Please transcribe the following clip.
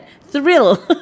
thrill